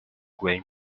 grain